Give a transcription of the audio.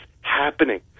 happening